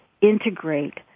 integrate